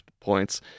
points